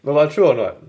no but true or not